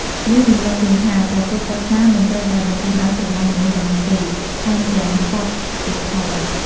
នេះរំឭកយើងថា ព្រះពុទ្ធសាសនាមិនត្រឹមតែបង្រៀនឱ្យស្រលាញ់មនុស្សប៉ុណ្ណោះទេ ថែមទាំងសត្វទៀតផង។